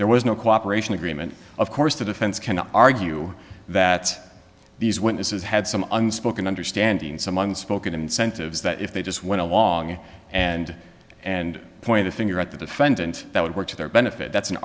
there was no cooperation agreement of course the defense can argue that these witnesses had some unspoken understanding some unspoken incentives that if they just went along and and point a finger at the defendant that would work to their benefit that's an